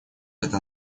это